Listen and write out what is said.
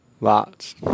lots